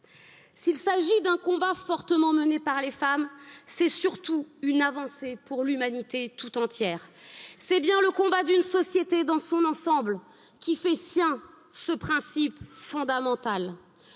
s'il s'agit d'un combat fortement mené par les femmes, c'est surtout une avancée pour l'humanité tout entière d'une société dans son ensemble qui fait sien ce principe fondamental.